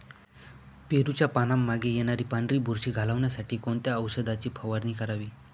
पेरूच्या पानांमागे येणारी पांढरी बुरशी घालवण्यासाठी कोणत्या औषधाची फवारणी करावी?